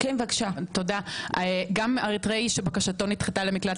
גם אריתריאי שבקשתו נדחתה למקלט,